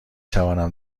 توانم